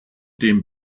dem